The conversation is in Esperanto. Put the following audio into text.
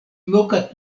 loka